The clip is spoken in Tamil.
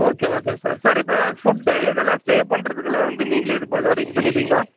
ஓகே ஓகே சார் சார் இப்போ ஃபுட்டு இதெல்லாம் ஸ்டே பண்ணுறதுக்குலாம் வந்து நீங்களே இது ப அரேஞ்ச் பண்ணிடுவீங்களா